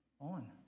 on